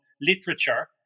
literature